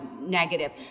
negative